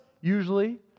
usually